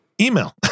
Email